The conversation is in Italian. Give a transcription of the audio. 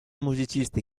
musicisti